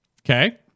Okay